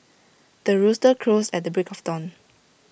the rooster crows at the break of dawn